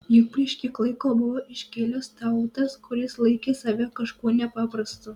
juk prieš kiek laiko buvo iškilęs teudas kuris laikė save kažkuo nepaprastu